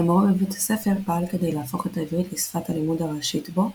כמורה בבית הספר פעל כדי להפוך את העברית לשפת הלימוד הראשית בו,